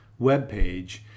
webpage